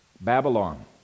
Babylon